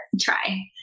try